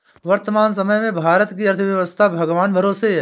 वर्तमान समय में भारत की अर्थव्यस्था भगवान भरोसे है